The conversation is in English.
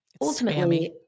ultimately